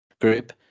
group